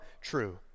true